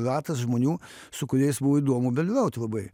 ratas žmonių su kuriais buvo įdomu dalyvauti labai